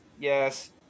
yes